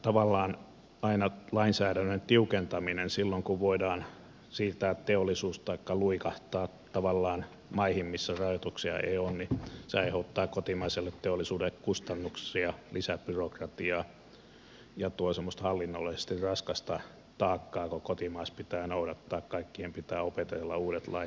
tavallaan aina lainsäädännön tiukentaminen silloin kun voidaan siirtää teollisuus taikka luikahtaa tavallaan maihin missä rajoituksia ei ole aiheuttaa kotimaiselle teollisuudelle kustannuksia ja lisäbyrokratiaa ja tuo semmoista hallinnollisesti raskasta taakkaa kun kotimaassa kaikkien pitää opetella uudet lait ja noudattaa niitä